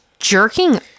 jerking